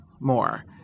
more